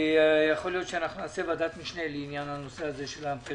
יכול להיות שנעשה ועדת משנה לעניין הפריפריה.